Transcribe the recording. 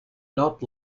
not